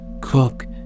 cook